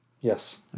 Yes